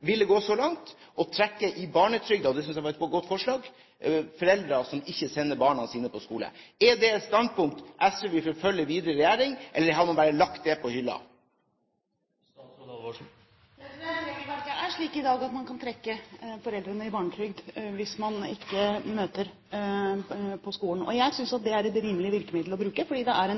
ville gå så langt som å trekke i barnetrygden – det syntes jeg var et godt forslag – til foreldre som ikke sender barna sine på skolen. Er det et standpunkt SV vil forfølge videre i regjering, eller har man bare lagt det på hylla? Regelverket er slik i dag at man kan trekke foreldrene i barnetrygd hvis barna ikke møter på skolen. Jeg synes det er et rimelig virkemiddel å bruke fordi det er